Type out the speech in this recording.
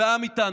והעם איתנו.